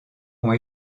ont